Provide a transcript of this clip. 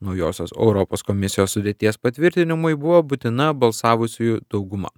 naujosios europos komisijos sudėties patvirtinimui buvo būtina balsavusiųjų dauguma